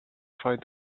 find